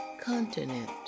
Continent